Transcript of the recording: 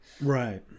right